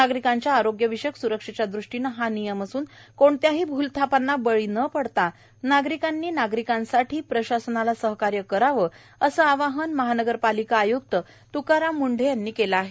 नागरिकांच्या आरोग्यविषयक सूरक्षेच्या ृष्टीने हा नियम असून कठल्याही भूलथापांना बळी न पडता नागरिकांनी नागरिकांसाठी प्रशासनाला सहकार्य करावं असं आवाहन मनपा आय्क्त त्काराम मुंढे यांनी केले आहे